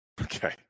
okay